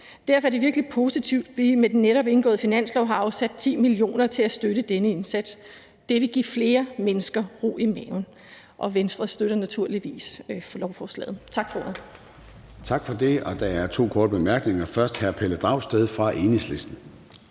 Derfor er det virkelig positivt, at vi med den netop indgåede finanslov har afsat 10 mio. kr. til at støtte denne indsats. Det vil give flere mennesker ro i maven. Venstre støtter naturligvis lovforslaget. Tak for ordet.